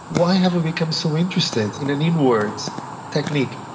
why have we become so interested in an inwards technique.